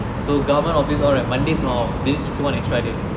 so government office all have mondays off this they give you one extra day